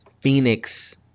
Phoenix